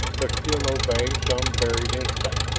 but still obeying some buried instinct,